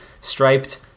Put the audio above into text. Striped